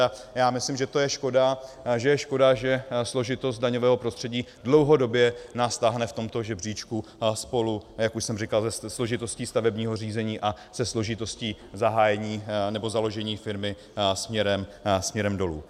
A já myslím, že to je škoda, že je škoda, že složitost daňového prostředí nás dlouhodobě táhne v tomto žebříčku spolu, jak už jsem říkal, se složitostí stavebního řízení a se složitostí zahájení nebo založení firmy směrem dolů.